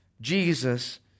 Jesus